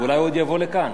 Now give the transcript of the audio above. אולי הוא עוד יבוא לכאן.